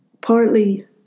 partly